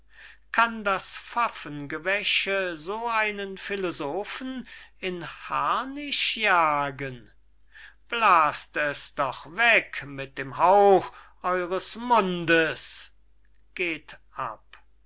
kann das pfaffengewäsche so einen philosophen in harnisch jagen blast es doch weg mit dem hauch eures mundes